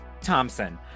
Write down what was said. Thompson